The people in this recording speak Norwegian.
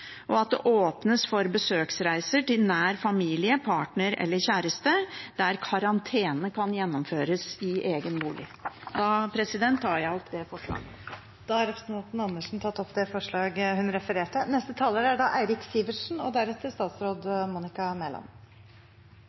og at det åpnes for besøksreiser til nær familie, partner eller kjæreste der karantene kan gjennomføres i egnet bolig». Jeg tar opp det forslaget. Representanten Karin Andersen har tatt opp det forslaget hun refererte